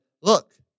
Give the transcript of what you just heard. Look